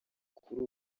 kuri